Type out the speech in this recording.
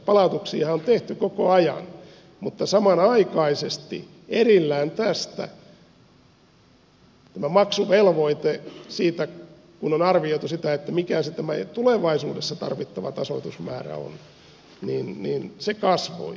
palautuksiahan on tehty koko ajan mutta samanaikaisesti erillään tästä kasvoi maksuvelvoite siitä mitä oli arvioitu sitä että mikään satama ei tulevaisuudessa tarvittavan tasoitusmäärän olevan